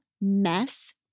Mess